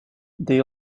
they